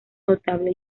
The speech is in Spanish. notable